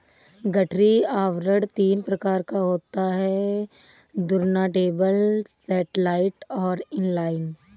गठरी आवरण तीन प्रकार का होता है टुर्नटेबल, सैटेलाइट और इन लाइन